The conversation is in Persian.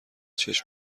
چشم